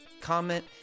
comment